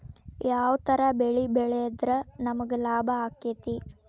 ಯಾವ ತರ ಬೆಳಿ ಬೆಳೆದ್ರ ನಮ್ಗ ಲಾಭ ಆಕ್ಕೆತಿ?